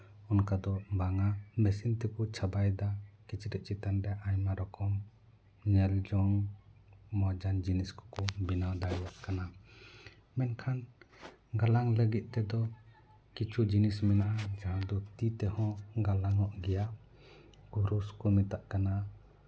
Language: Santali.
ᱚᱱᱠᱟ ᱫᱚ ᱵᱟᱝ ᱟ ᱢᱮᱥᱤᱱ ᱛᱮᱠᱚ ᱪᱷᱟᱵᱟ ᱭᱮᱫᱟ ᱠᱤᱪᱨᱤᱡ ᱪᱮᱛᱟᱱ ᱨᱮ ᱟᱭᱢᱟ ᱨᱚᱠᱚᱢ ᱧᱮᱞ ᱡᱚᱝ ᱢᱚᱡᱽ ᱟᱱ ᱡᱤᱱᱤᱥ ᱠᱚᱠᱚ ᱵᱮᱱᱟᱣ ᱫᱟᱲᱮᱭᱟᱜ ᱠᱟᱱᱟ ᱢᱮᱱᱠᱷᱟᱱ ᱜᱟᱞᱟᱝ ᱞᱟᱹᱜᱤᱫ ᱛᱮᱫᱚ ᱠᱤᱪᱷᱩ ᱡᱤᱱᱤᱥ ᱢᱮᱱᱟᱜᱼᱟ ᱡᱟᱦᱟᱸ ᱫᱚ ᱛᱤ ᱛᱮᱦᱚᱸ ᱜᱟᱞᱟᱝ ᱚᱜ ᱜᱮᱭᱟ ᱠᱩᱨᱩᱥ ᱠᱚ ᱢᱮᱛᱟᱜ ᱠᱟᱱᱟ